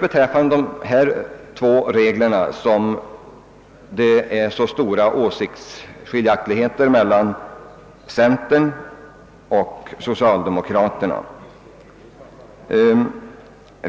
Beträffande dessa två regler föreligger stora åsiktsskiljaktigheter mellan centern och socialdemokraterna.